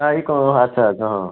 ସାହି କ'ଣ ଆଚ୍ଛା ଆଚ୍ଛା ହଁ